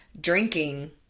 drinking